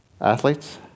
Athletes